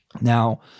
Now